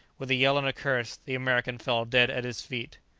with a yell and a curse, the american fell dead at his feet.